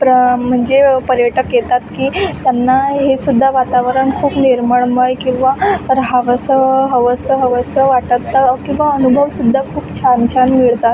प्र म्हणजे पर्यटक येतात की त्यांना हे सुद्धा वातावरण खूप निर्मळमय किवा राहावंसं हवंसं हवंसं वाटतं किवा अनुभव सुद्धा खूप छान छान मिळतात